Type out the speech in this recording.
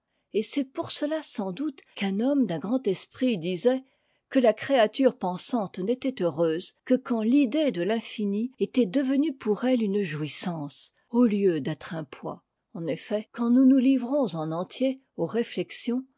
et c'est pour cela sans doute qu'un homme d'un grand esprit disait que la créature pensante n'était heureuse que quand l'idée de l'infini était devenue pour elle une jouissance au lieu d'être un poids en effet quand nous nous livrons en entier aux téuexions